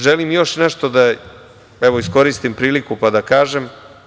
Želim još nešto da iskoristim priliku da kažem.